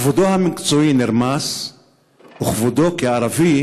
כבודו המקצועי נרמס וכבודו כערבי